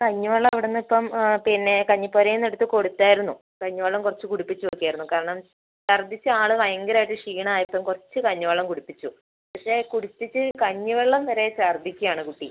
കഞ്ഞിവെള്ളം ഇവിടെനിന്ന് ഇപ്പം പിന്നെ കഞ്ഞിപ്പുരയിൽനിന്ന് എടുത്തു കൊടുത്തായിരുന്നു കഞ്ഞിവെള്ളം കുറച്ച് കുടിപ്പിച്ചു നോക്കിയായിരുന്നു കാരണം ഛര്ദ്ദിച്ചു ആൾ ഭയങ്കരായിട്ട് ക്ഷീണം ആയപ്പോൾ കുറച്ച് കഞ്ഞിവെള്ളം കുടിപ്പിച്ചു പക്ഷേ കുടിപ്പിച്ച് കഞ്ഞി വെള്ളം വരെ ഛര്ദ്ദിക്കുകയാണ് കുട്ടി